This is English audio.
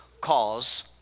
cause